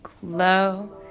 glow